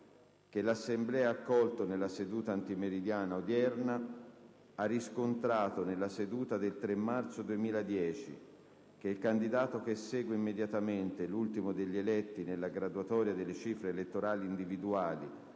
che l'Assemblea ha accolto nella seduta antimeridiana odierna, ha riscontrato, nella seduta del 3 marzo 2010, che il candidato che segue immediatamente l'ultimo degli eletti nella graduatoria delle cifre elettorali individuali